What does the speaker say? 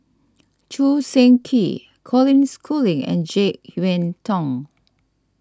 Choo Seng Quee Colin Schooling and Jek Yeun Thong